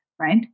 right